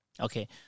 Okay